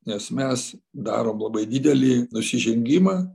nes mes darom labai didelį nusižengimą